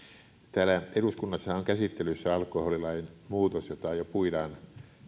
täällä eduskunnassahan on käsittelyssä alkoholilain muutos jota jo puidaan sosiaali ja